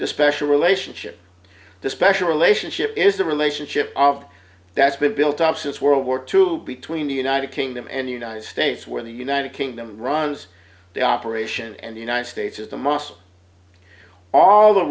the special relationship the special relationship is the relationship of that's been built up since world war two between the united kingdom and united states where the united kingdom runs the operation and the united states is the most all the